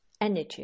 energy